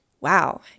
wow